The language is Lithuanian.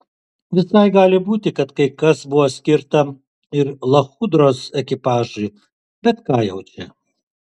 visai gali būti kad kai kas buvo skirta ir lachudros ekipažui bet ką jau čia